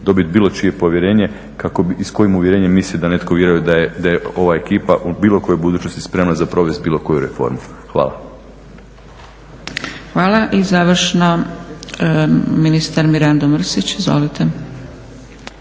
dobit bilo čije povjerenje i s kojim uvjerenjem mislim da netko vjeruje da je ova ekipa u bilo kojoj budućnost spremna za provesti bilo koju reformu? Hvala. **Zgrebec, Dragica (SDP)** Hvala. I završno ministar Mirando Mrsić. Izvolite.